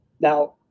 Now